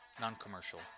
Non-Commercial